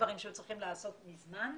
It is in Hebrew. בדברים שהיו צריכים להיעשות מזמן וקדימה,